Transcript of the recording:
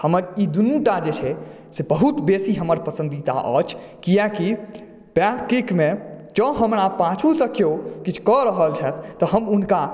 हमर ई दुनूटा जे छै बहुत बेसी हमर पसंदीदा अछि कियाकि बैक किक मे जौं हमरा पाछू सॅं केओ किछु कऽ रहल छथि तऽ हम हुनका